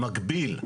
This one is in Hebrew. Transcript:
במקביל,